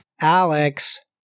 Alex